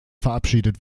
verabschiedet